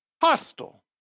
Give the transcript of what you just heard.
Hostile